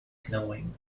knowing